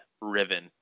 Riven